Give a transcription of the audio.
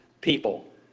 people